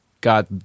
got